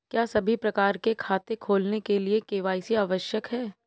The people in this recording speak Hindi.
क्या सभी प्रकार के खाते खोलने के लिए के.वाई.सी आवश्यक है?